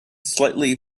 slightly